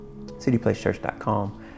cityplacechurch.com